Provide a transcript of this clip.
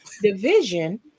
division